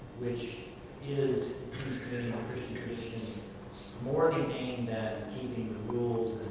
which is christian tradition more to gain than keeping the rules